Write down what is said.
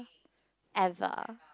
ever